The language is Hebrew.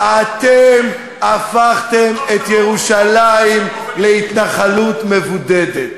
אתם הפכתם את ירושלים להתנחלות מבודדת.